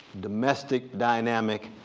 domestic dynamic,